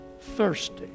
thirsty